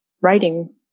writing